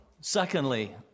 Secondly